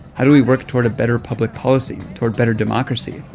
how do we work toward a better public policy, toward better democracy?